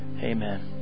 Amen